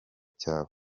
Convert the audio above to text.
cyawe